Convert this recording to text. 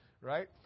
right